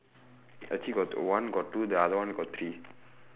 actually got one got two the other one got three